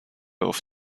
auf